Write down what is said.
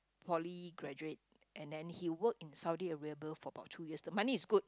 poly graduated and then he works in Saudi-Arabia for about two years the money is good